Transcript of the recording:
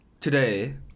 today